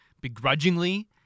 begrudgingly